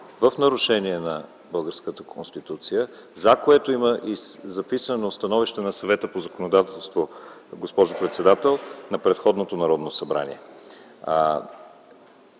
в нарушение на българската Конституция, за което има записано становище на Съвета по законодателството, госпожо председател, на предходното Народно събрание.